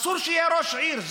אסור שיהיה ראש עיר.